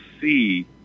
see